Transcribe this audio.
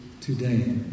today